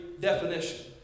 definition